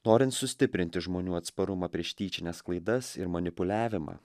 norint sustiprinti žmonių atsparumą prieš tyčines klaidas ir manipuliavimą